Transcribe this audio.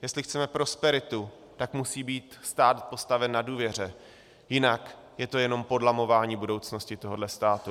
Jestli chceme prosperitu, tak musí být stát postaven na důvěře, jinak je to jenom podlamování budoucnosti tohohle státu.